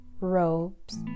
robes